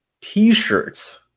T-shirts